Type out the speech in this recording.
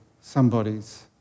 somebody's